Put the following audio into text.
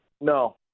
No